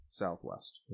Southwest